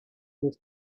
this